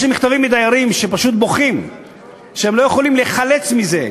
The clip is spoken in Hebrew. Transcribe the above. יש לי מכתבים מדיירים שפשוט בוכים שהם לא יכולים להיחלץ מזה.